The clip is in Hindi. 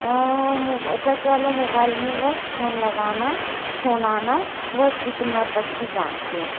टच वाले मोबाइल में बस फोन लगाना फोन आना बस इतना तक ही जानते हैं